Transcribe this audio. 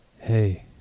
hey